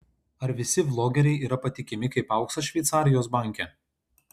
ar visi vlogeriai yra patikimi kaip auksas šveicarijos banke